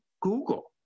Google